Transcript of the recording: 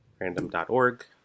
random.org